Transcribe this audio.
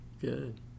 Good